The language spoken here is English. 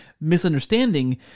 misunderstanding